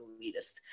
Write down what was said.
elitist